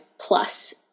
plus